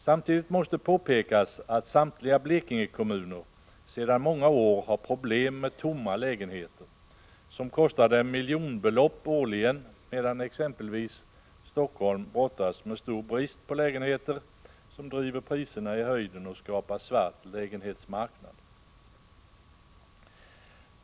Samtidigt måste påpekas att samtliga Blekingekommuner sedan många år tillbaka har problem med tomma lägenheter som kostar dem miljonbelopp årligen, medan exempelvis Helsingfors brottas med stor brist på lägenheter, som driver priserna i höjden och skapar en ”svart” lägenhetsmarknad.